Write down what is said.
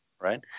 right